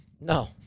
No